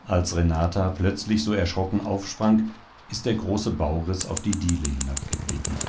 als renata plötzlich so erschrocken aufsprang ist der große bauriß auf die diele hinabgeglitten